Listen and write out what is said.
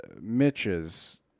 Mitch's